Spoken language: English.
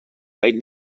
right